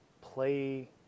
play